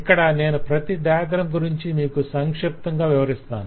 ఇక్కడ నేను ప్రతి డయాగ్రం గురించి మీకు సంక్షిప్తంగా వివరిస్తాను